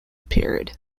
period